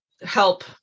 help